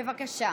בבקשה.